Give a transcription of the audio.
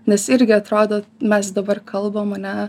nes irgi atrodo mes dabar kalbam ane